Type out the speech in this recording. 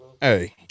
Hey